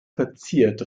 verziert